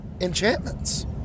enchantments